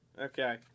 Okay